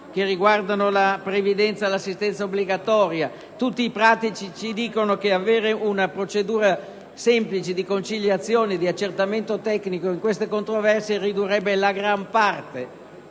che riguardano la previdenza e l'assistenza obbligatoria. Tutti i pratici ci dicono che avere una procedura semplice di conciliazione e di accertamento tecnico in queste controversie ridurrebbe la gran parte